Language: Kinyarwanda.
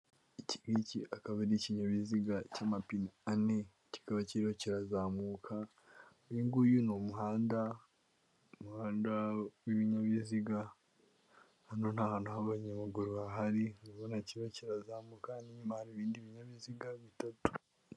Ikingiki akaba ari ikinyabiziga cy'amapine ane, kikaba kiriho kirazamuka, uyunguyu ni umuhanda, umuhanda w'ibinyabiziga, hano nta hantu h'abanyamaguru hahari, urabona kirimo kirazamuka hano inyuma hari ibindi binyabiziga bitatu.